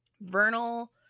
Vernal